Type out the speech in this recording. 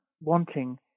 wanting